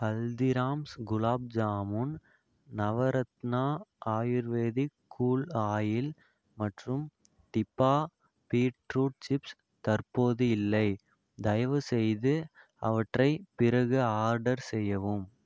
Haldiram's gulab jamun Navratna ayurvedic cool oil மற்றும் டிபா beetroot chips தற்போது இல்லை தயவுசெய்து அவற்றை பிறகு ஆர்டர் செய்யவும்